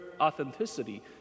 authenticity